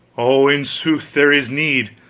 oh, in sooth, there is need!